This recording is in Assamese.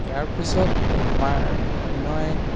ইয়াৰ পিছত আমাৰ অন্য এক